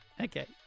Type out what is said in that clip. Okay